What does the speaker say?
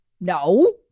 No